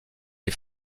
les